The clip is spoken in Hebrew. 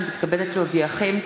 אני מתכבדת להודיעכם,